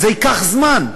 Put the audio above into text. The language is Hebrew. זה ייקח זמן,